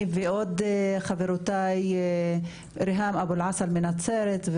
אני וחברותיי ריהאם אבו-אלעסל מנצרת,